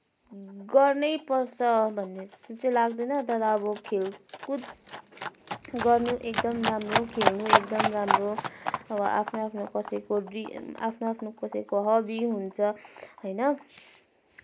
गर्नैपर्छ भन्ने जस्तो चाहिँ लाग्दैन तर अब खेलकुद गर्नु एकदम राम्रो खेल्नु एकदम राम्रो अब आफ्नो आफ्नो कसैको ड्रिम आफ्नो आफ्नो कसैको हबी हुन्छ होइन